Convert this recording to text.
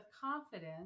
confidence